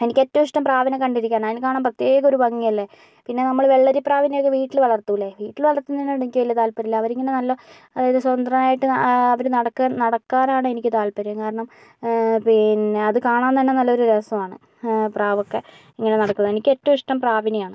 എനിക്ക് ഏറ്റവും ഇഷ്ടം പ്രാവിനെ കണ്ടിരിക്കാനാണ് അതിനെ കാണാൻ പ്രത്യേക ഒരു ഭംഗി അല്ലേ പിന്നെ നമ്മള് വെള്ളരി പ്രാവിനെ ഒക്കെ വീട്ടില് വളർത്തൂലേ വീട്ടില് വളർത്തുന്നത്തിനോട് എനിക്ക് വലിയ താല്പര്യം ഇല്ല അവരിങ്ങനെ നല്ല അതായത് സ്വതന്ത്രനായിട്ട് അവര് നടക്ക നടക്കാൻ ആണ് എനിക്ക് താല്പര്യം കാരണം പിന്നെ അത് കാണാൻ തന്നെ നല്ലൊരു രസം ആണ് ആ പ്രാവക്കെ ഇങ്ങനെ നടക്കണ എനിക്ക് ഏറ്റവും ഇഷ്ടം പ്രാവിനെയാണ്